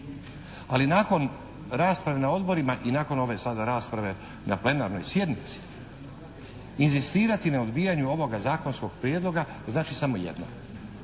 Ali nakon rasprave na odborima i nakon ove sada rasprave na Plenarnoj sjednici inzistirati na odbijanju ovoga zakonskog prijedlog znači samo jedno.